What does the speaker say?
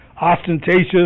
ostentatious